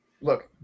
look